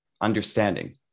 understanding